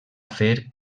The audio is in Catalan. fer